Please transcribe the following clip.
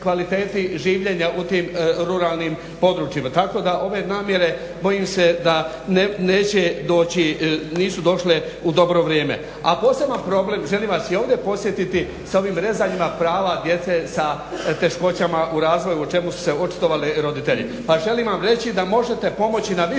kvaliteti življenja u tim ruralnim područjima tako da ove namjere bojim se da neće doći, nisu došle u dobro vrijeme. A poseban problem, želim vas i ovdje podsjetiti sa ovim rezanjima prava djece sa teškoćama u razvoju o čemu su se očitovali roditelji. Pa želim vam reći da možete pomoći na više